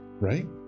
Right